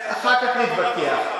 אחר כך נתווכח.